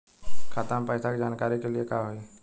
खाता मे पैसा के जानकारी के लिए का होई?